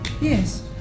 Yes